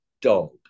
dog